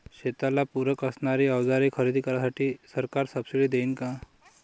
शेतीला पूरक असणारी अवजारे खरेदी करण्यासाठी सरकार सब्सिडी देईन का?